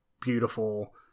beautiful